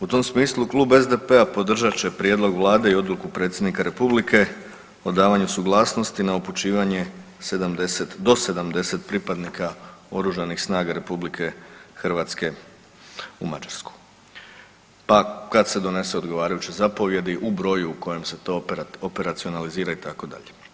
U tom smislu klub SDP-a podržat će prijedlog Vlade i odluku predsjednika Republike o davanju suglasnosti na upućivanje do 70 pripadnika Oružanih snaga RH u Mađarsku, pa kad se donesu odgovarajuće zapovjedi u broju u kojem se to operacionalizira itd.